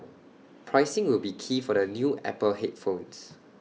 pricing will be key for the new Apple headphones